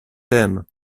t’aime